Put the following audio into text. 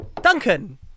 Duncan